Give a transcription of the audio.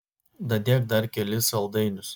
dadėk dar kelis saldainius